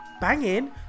banging